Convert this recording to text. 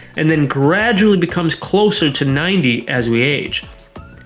and then gradually becomes closer to ninety as we age.